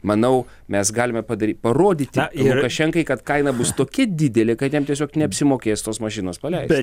manau mes galime padary parodyti lukašenkai kad kaina bus tokia didelė kad jam tiesiog neapsimokės tos mašinos paleist